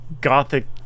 gothic